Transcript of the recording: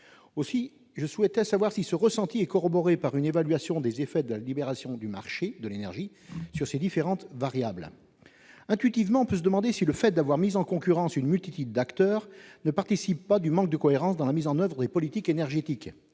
Je souhaite savoir si ce ressenti est corroboré par une évaluation des effets de la libération du marché de l'énergie sur ces différentes variables. Intuitivement, on peut se demander si la mise en concurrence d'une multitude d'acteurs ne participe pas du manque de cohérence dans la mise en oeuvre des politiques énergétiques.